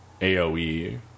AoE